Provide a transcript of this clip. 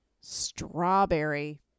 Strawberry